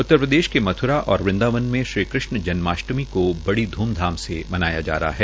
उत्तरप्रदेश के मथ्रा और वंदावन में श्रीकृष्ण जन्माष्टमी को बड़ी ध्मधाम से मनाया जा रहा है